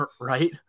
right